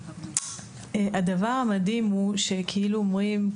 הדבר המדהים הוא שכאילו אומרים,